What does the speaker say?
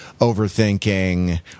overthinking